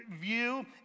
view